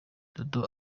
dodo